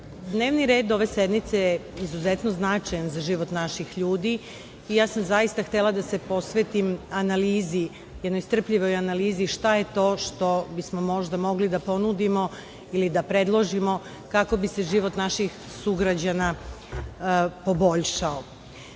red ove sednice je izuzetno značajan za život naših ljudi i ja sam zaista htela da se posvetim analizi, jednoj strpljivoj analizi šta je to što bismo možda mogli da ponudimo ili da predložimo kako bi se život naših sugrađana poboljšao. Ono